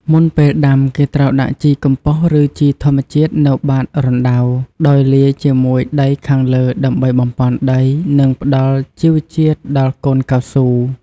មុនពេលដាំ គេត្រូវដាក់ជីកំប៉ុស្ត ឬជីធម្មជាតិនៅបាតរណ្តៅ ដោយលាយជាមួយដីខាងលើ ដើម្បីបំប៉នដី និងផ្តល់ជីវជាតិដល់កូនកៅស៊ូ។